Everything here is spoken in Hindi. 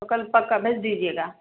तो कल पक्का भेज दीजिएगा